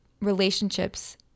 relationships